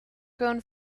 grown